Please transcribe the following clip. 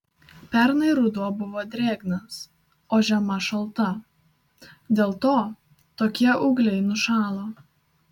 pernai ruduo buvo drėgnas o žiema šalta dėl to tokie ūgliai nušalo